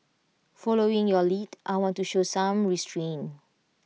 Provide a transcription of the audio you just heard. following your lead I want to show some restraint